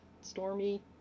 stormy